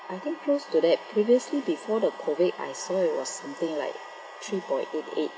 I think close to that previously before the COVID I saw it was something like three point eight eight